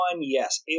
yes